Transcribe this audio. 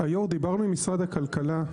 יושב הראש, דיברנו על משרד הכלכלה --- חכה,